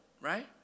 right